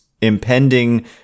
impending